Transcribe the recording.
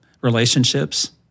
relationships